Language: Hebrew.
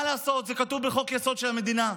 מה לעשות, זה כתוב בחוק-יסוד: הממשלה.